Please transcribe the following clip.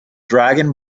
dragon